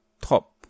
top